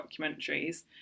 documentaries